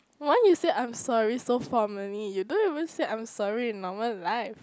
why you say I'm sorry so formally you don't even say I'm sorry in normal life